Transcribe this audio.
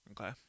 Okay